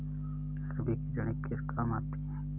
अरबी की जड़ें किस काम आती हैं?